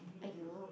!aiyo!